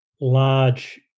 large